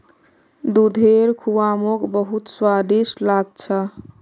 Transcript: दूधेर खुआ मोक बहुत स्वादिष्ट लाग छ